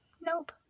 Nope